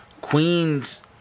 Queens